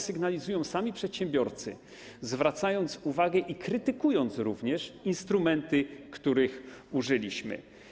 Sygnalizują to sami przedsiębiorcy, zwracają na to uwagę, krytykując również instrumenty, których użyliśmy.